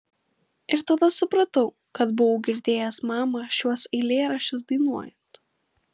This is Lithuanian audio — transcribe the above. ir tada supratau kad buvau girdėjęs mamą šiuos eilėraščius dainuojant